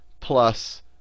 plus